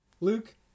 Luke